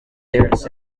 this